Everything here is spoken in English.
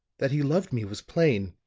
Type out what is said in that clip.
that he loved me was plain